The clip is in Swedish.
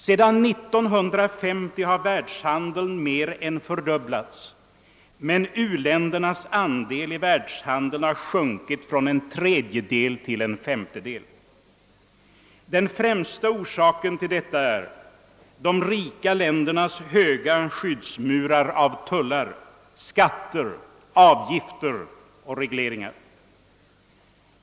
Sedan år 1950 har världshandeln mer än fördubblats, men u-ländernas andel av världshandeln har sjunkit från en tredjedel till en femtedel. Den främsta orsaken härtill är de rika ländernas höga skyddsmurar av tullar, skatter, avgifter och regleringar.